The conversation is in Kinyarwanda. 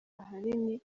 ahanini